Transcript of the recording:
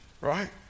right